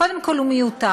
קודם כול הוא מיותר,